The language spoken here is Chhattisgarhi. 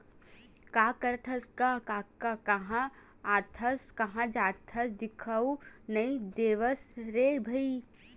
का करत हस गा कका काँहा आथस काँहा जाथस दिखउले नइ देवस रे भई?